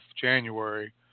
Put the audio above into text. January